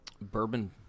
Bourbon